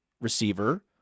receiver